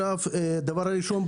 הדבר הראשון,